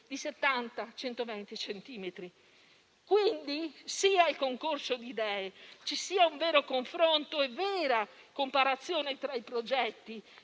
di 70-120 centimetri. Quindi, sì al concorso di idee, sì ad un vero confronto e vera comparazione tra i progetti